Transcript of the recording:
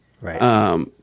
Right